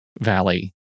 valley